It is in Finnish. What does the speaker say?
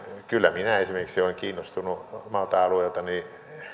kyllä minä esimerkiksi olen kiinnostunut omalta alueeltani